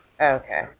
Okay